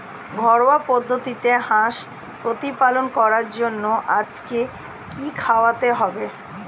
ঘরোয়া পদ্ধতিতে হাঁস প্রতিপালন করার জন্য আজকে কি খাওয়াতে হবে?